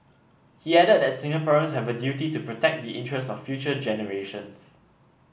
he added that Singaporeans have a duty to protect the interest of future generations